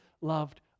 loved